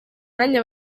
myanya